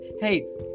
hey